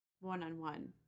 one-on-one